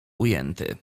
ujęty